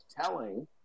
telling